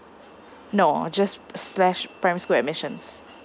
no just slash primary school admissions